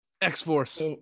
x-force